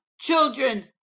children